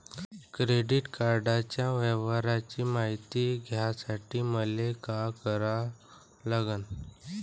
Credit कार्डाच्या व्यवहाराची मायती घ्यासाठी मले का करा लागन?